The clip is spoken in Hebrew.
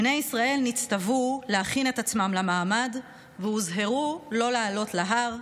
בני ישראל נצטוו להכין את עצמם למעמד והוזהרו לא לעלות להר,